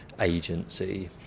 agency